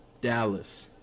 Dallas